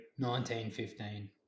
1915